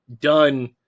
done